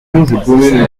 deux